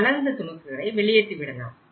தளர்ந்த துணுக்குகளை வெளியேற்றிவிடலாம்